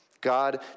God